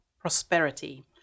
prosperity